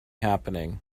happening